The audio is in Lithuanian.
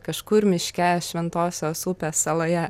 kažkur miške šventosios upės saloje